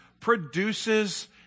produces